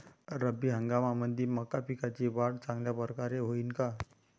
रब्बी हंगामामंदी मका पिकाची वाढ चांगल्या परकारे होईन का?